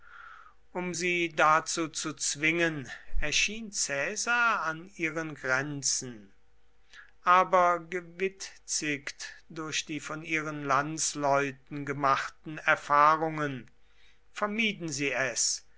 um sie dazu zu zwingen erschien caesar an ihren grenzen aber gewitzigt durch die von ihren landsleuten gemachten erfahrungen vermieden sie es